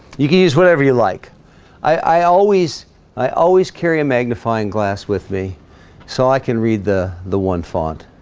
you can use whatever you like i always i always carry a magnifying glass with me so i can read the the one font